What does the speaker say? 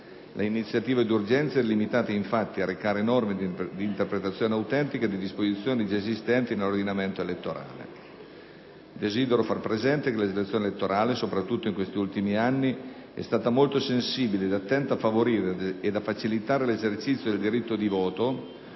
L'iniziativa di urgenza era limitata, infatti, a recare norme di interpretazione autentica di disposizioni già esistenti nell'ordinamento elettorale. Desidero far presente che la legislazione elettorale, soprattutto in questi ultimi anni, è stata molto sensibile ed attenta a favorire ed a facilitare l'esercizio del diritto di voto,